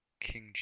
King